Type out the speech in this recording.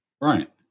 Right